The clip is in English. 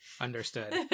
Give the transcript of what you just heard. understood